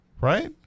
Right